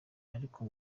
ariko